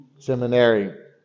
seminary